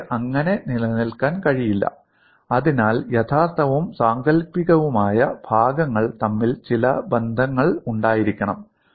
അവയ്ക്ക് അങ്ങനെ നിലനിൽക്കാൻ കഴിയില്ല അതിനാൽ യഥാർത്ഥവും സാങ്കൽപ്പികവുമായ ഭാഗങ്ങൾ തമ്മിൽ ചില ബന്ധങ്ങൾ ഉണ്ടായിരിക്കണം